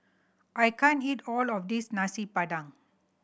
I can't eat all of this Nasi Padang